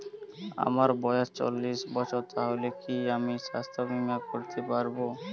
আমার বয়স চল্লিশ বছর তাহলে কি আমি সাস্থ্য বীমা করতে পারবো?